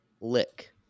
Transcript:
lick